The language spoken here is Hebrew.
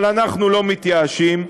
אבל אנחנו לא מתייאשים,